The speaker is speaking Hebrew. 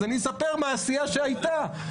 אז אני אספר מעשייה שהייתה.